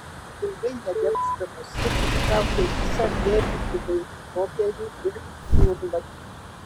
ilgai nedelsdamas jis ištraukė visą glėbį įvairių popierių ir jūrlapių